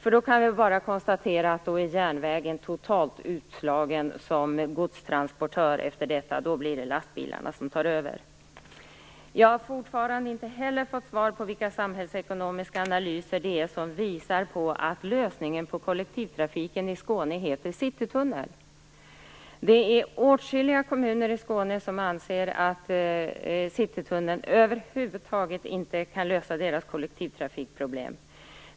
Jag kan bara konstatera att järnvägen i så fall är totalt utslagen som godstransportör. Då tar lastbilarna över. Jag har fortfarande inte fått svar på vilka samhällsekonomiska analyser som visar att lösningen på kollektivtrafikproblemen i Skåne heter Citytunneln. Det är åtskilliga kommuner i Skåne som anser att Citytunneln över huvud taget inte kan lösa deras kollektivtrafikproblem.